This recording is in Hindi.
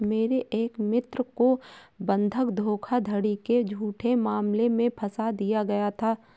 मेरे एक मित्र को बंधक धोखाधड़ी के झूठे मामले में फसा दिया गया था